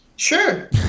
Sure